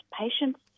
patients